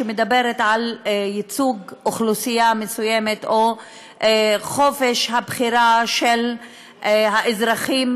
שמדברת על ייצוג אוכלוסייה מסוימת או חופש הבחירה של האזרחים